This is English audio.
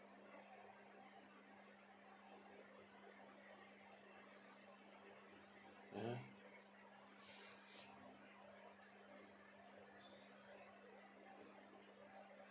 mmhmm